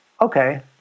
okay